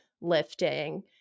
lifting